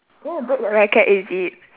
then you break the racket is it